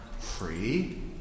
free